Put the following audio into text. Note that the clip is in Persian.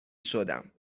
شدم